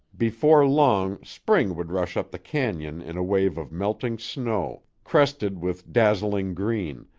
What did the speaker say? before long spring would rush up the canon in a wave of melting snow, crested with dazzling green,